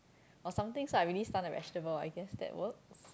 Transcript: or somethings lah I really stun like vegetable I guess that work